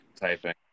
typing